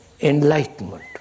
enlightenment